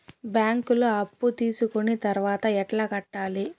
బ్యాంకులో అప్పు తీసుకొని తర్వాత ఎట్లా కట్టాలి?